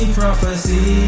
prophecy